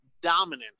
dominant